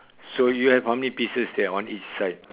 so you have how many pieces there on each side